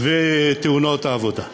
ותאונות העבודה לחוק.